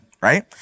right